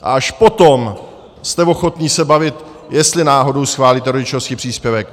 A až potom jste ochotni se bavit, jestli náhodou schválíte rodičovský příspěvek.